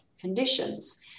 conditions